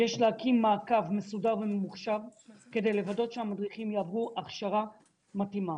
יש להקים מעקב מסודר וממוחשב כדי לוודא שהמדריכים יעברו הכשרה מתאימה.